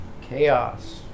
chaos